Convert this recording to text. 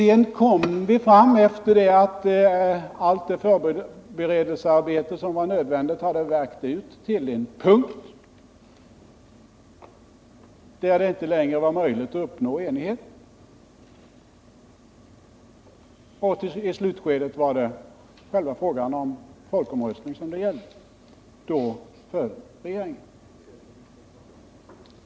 Efter allt det förberedelsearbete som var nödvändigt kom man sedan fram till'en punkt där det inte längre var möjligt att uppnå enighet. I slutskedet gällde det frågan om folkomröstning. Då föll regeringen.